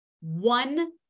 one